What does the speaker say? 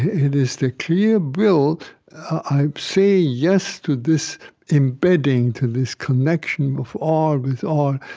it is the clear will i say yes to this embedding, to this connection with all, with all.